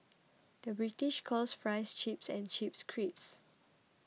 the British calls Fries Chips and Chips Crisps